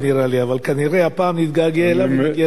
אבל כנראה הפעם נתגעגע אליו ונגיע לסין.